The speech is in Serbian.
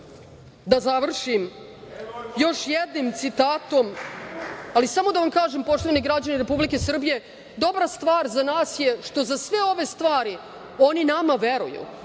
da završim još jednim citatom, ali samo da vam kažem, poštovani građani Republike Srbije, dobra stvar za nas je što za sve ove stvari oni nama veruju,